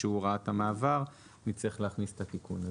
שהוא הוראת המעבר, נצטרך להכניס את התיקון הזה.